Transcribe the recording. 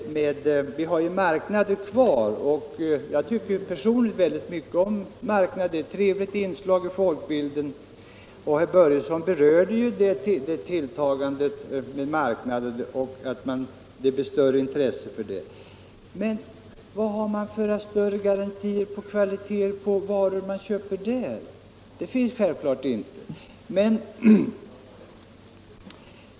Vi har ju marknaderna kvar, och jag tycker personligen mycket om marknader. De är trevliga inslag i folklivet. Herr Börjesson i Glömminge berörde det tilltagande antalet marknader och det växande intresset för dem. Men vad har man för större garantier om kvaliteten på de varor man köper där? De finns självklart inte.